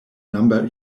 number